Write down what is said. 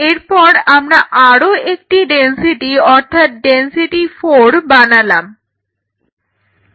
এরপর আমরা আরও একটি ডেনসিটি অর্থাৎ ডেনসিটি 4 বানালাম